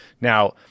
Now